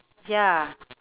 ya